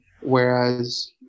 whereas